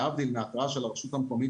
להבדיל מהתראה של הרשות המקומית,